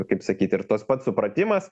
kaip sakyt ir tas pats supratimas